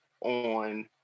on